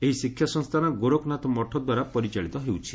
ଏହି ଶିକ୍ଷା ସଂସ୍ଥାନ ଗୋରଖନାଥ ମଠ ଦ୍ୱାରା ପରିଚାଳିତ ହେଉଛି